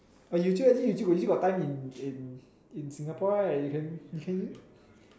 or you still you still got time in in in Singapore right can can you